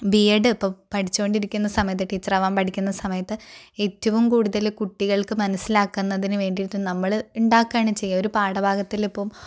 B എഡും ഇപ്പോൾ പഠിച്ചുകൊണ്ടിരിക്കുന്ന സമയത്ത് ടീച്ചർ ആകാൻ പഠിക്കുന്ന സമയത്ത് ഏറ്റവും കൂടുതൽ കുട്ടികൾക്ക് മനസ്സിലാക്കുന്നതിന് വേണ്ടിയിട്ട് നമ്മൾ ഉണ്ടാക്കുകയാണ് ചെയ്യുക ഒരു പാഠഭാഗത്തിൽ ഇപ്പം